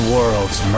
worlds